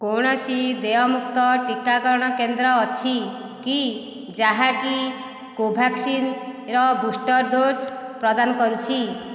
କୌଣସି ଦେୟମୁକ୍ତ ଟିକାକରଣ କେନ୍ଦ୍ର ଅଛି କି ଯାହାକି କୋଭ୍ୟାକ୍ସିନ୍ର ବୁଷ୍ଟର ଡୋଜ୍ ପ୍ରଦାନ କରୁଛି